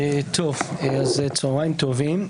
צוהריים טובים.